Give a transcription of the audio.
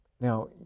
Now